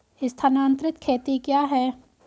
स्थानांतरित खेती क्या है?